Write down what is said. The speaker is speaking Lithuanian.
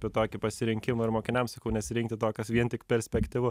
apie tokį pasirinkimą ir mokiniam sakau nesirinkti to kas vien tik perspektyvu